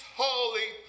holy